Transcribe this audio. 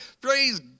praise